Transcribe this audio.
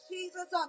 Jesus